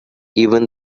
even